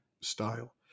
style